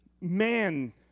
man